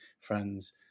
friends